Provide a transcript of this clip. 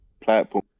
platform